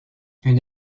une